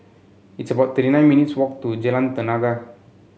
it's about thirty nine minutes' walk to Jalan Tenaga